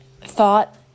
thought